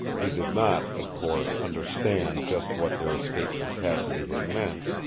he did not, of course, understand just what their escape from cassidy had meant,